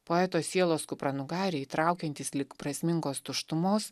poeto sielos kupranugariai įtraukiantys lyg prasmingos tuštumos